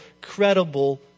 credible